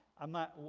i'm not,